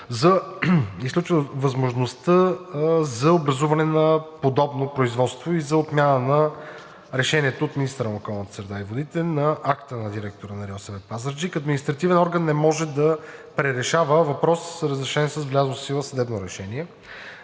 изключва възможността за образуване на подобно производство и за отмяна на решението от министъра на околната среда и водите на акта на директора на РИОСВ – Пазарджик. Административен орган не може да пререшава въпрос, разрешен с влязло в сила съдебно решение.